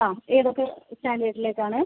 അ ഏതൊക്കെ സ്റ്റാൻഡേർഡിലേക്ക് ആണ്